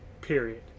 period